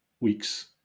weeks